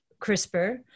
CRISPR